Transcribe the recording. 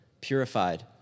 purified